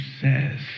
says